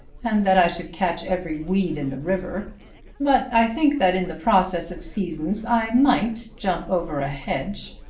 and that i should catch every weed in the river but i think that in the process of seasons i might jump over a hedge.